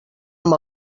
amb